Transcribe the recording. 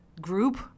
group